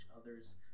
other's